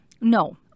No